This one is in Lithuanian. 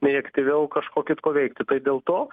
nei aktyviau kažko kitko veikti tai dėl to